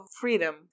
freedom